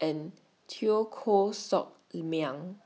and Teo Koh Sock Miang